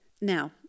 Now